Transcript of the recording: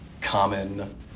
common